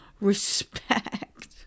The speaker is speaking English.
respect